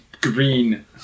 green